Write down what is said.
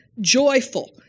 Joyful